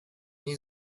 new